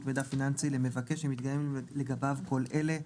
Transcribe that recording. מידע פיננסי למבקש שמתקיימים לגביו כל אלה: